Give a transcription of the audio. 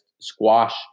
squash